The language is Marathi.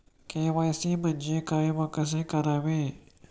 के.वाय.सी म्हणजे काय व कसे करावे?